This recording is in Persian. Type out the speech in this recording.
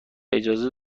اجازه